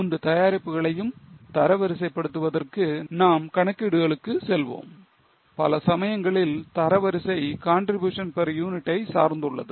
மூன்று தயாரிப்புகளையும் தரவரிசை படுத்துவதற்கு நாம் கணக்கீடுகளுக்கு செல்வோம் பல சமயங்களில் தரவரிசை contribution per unit ஐ சார்ந்துள்ளது